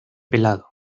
pelado